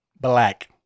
Black